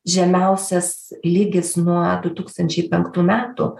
žemiausias lygis nuo du tūkstančiai penktų metų